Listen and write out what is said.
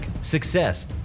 success